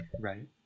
Right